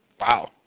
Wow